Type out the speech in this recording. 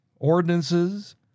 ordinances